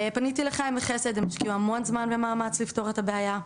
פניתי לחיים וחסד הם השקיעו המון זמן ומאמץ לפתור את הבעיה,